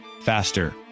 faster